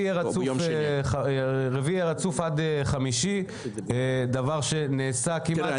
רביעי יהיה רצוף עד חמישי, דבר שנעשה כמעט